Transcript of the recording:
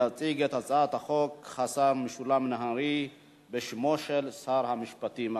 יציג את הצעת החוק השר משולם נהרי בשם שר המשפטים.